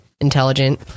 intelligent